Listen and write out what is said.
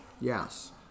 Yes